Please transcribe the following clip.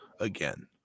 Again